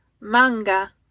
manga